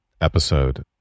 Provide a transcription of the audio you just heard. episode